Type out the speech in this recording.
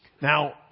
Now